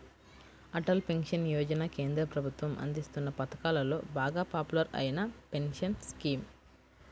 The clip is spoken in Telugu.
అటల్ పెన్షన్ యోజన కేంద్ర ప్రభుత్వం అందిస్తోన్న పథకాలలో బాగా పాపులర్ అయిన పెన్షన్ స్కీమ్